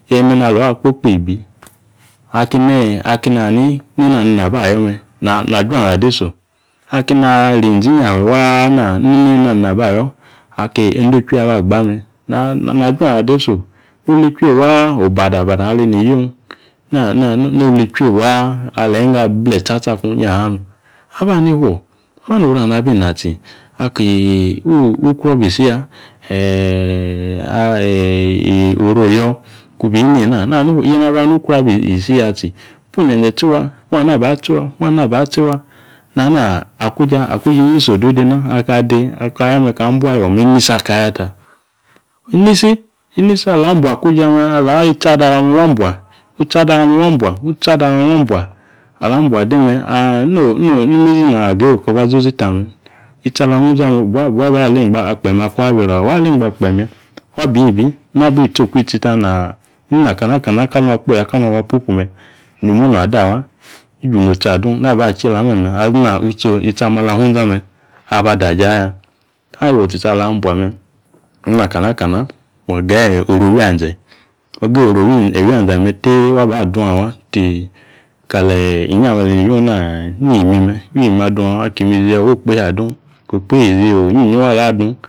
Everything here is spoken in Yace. Eniine na lua akpokpeebi akeni hani nene adeso akeni arinzi inyafe waa na nena nina aba ayo aki ende ochwi eeyi aba agba me na juyanze adeso. Olechu eeyi waa obada hada aleni iyiung no olechu eeyi waa aleeyi inggo abu tsatsa kung inyaha me̱, aba hani fuo, ma noru ani abi natsi, aki ukwro biisi ya nani fuo, yeeyi nayo nu bi isi yatsi. Pu inze̱nze̱ tsiwa, wana batsi wa, ana batsi wa. akuja akuja inisi odode na, akade o̱ko̱ aya me̱ aka mbuo ayiwo ame̱ inisi ako yata. Inisi, inisi ala ambwa akuja me do̱ itsi adewa me wa mbwo, itsi adewa me̱ wambwa, itsi adewa me wambwa. Ala ambwa ade me ni mezi na geyi oko̱ ba zozi tame. Itsi ala hunza me wubua bua ba ala engba kpeem akung abi iro̱ aa. Wa ala engba kpem ya, wa baibi naba itsi okuitsi tana inini kana kana kalung akpoyi ya kanung aba puopu me̱ naba achiela me̱me̱ azi na yitsi ame alaba puopu me̱ aba adaje aya. Ayiwo̱ tsitsi ala mbwa me inakana kana, wa geyi oru owianze, wa geyi oru wianze̱ ame̱ tee waba adung awa kali inyi ame aleni iyiung nimi me̱ nime adung awa ki imi isi ya wo okpehe adung okpehe yimi inyiyi waa ala dung.